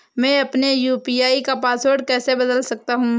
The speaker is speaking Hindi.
मैं अपने यू.पी.आई का पासवर्ड कैसे बदल सकता हूँ?